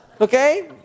Okay